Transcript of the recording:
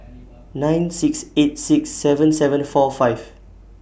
nine six eight six seven seven four five